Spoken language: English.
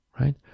right